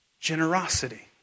generosity